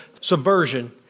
subversion